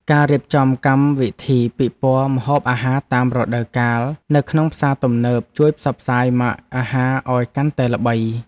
ការរៀបចំកម្មវិធីពិព័រណ៍ម្ហូបអាហារតាមរដូវកាលនៅក្នុងផ្សារទំនើបជួយផ្សព្វផ្សាយម៉ាកអាហារឱ្យកាន់តែល្បី។